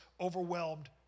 overwhelmed